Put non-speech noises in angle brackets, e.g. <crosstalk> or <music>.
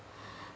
<breath>